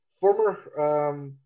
former